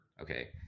Okay